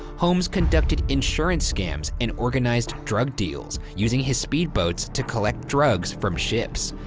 holmes conducted insurance scams and organized drug deals using his speedboats to collect drugs from ships.